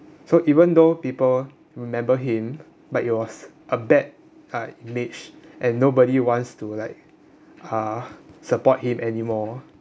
so even though people remember him but it was a bad uh image and nobody wants to like uh support him anymore